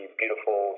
beautiful